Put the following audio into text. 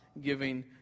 giving